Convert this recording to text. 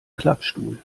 klappstuhl